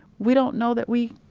we don't know that we